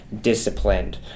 disciplined